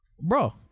bro